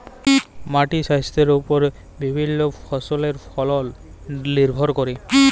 মাটির স্বাইস্থ্যের উপর বিভিল্য ফসলের ফলল লির্ভর ক্যরে